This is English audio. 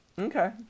Okay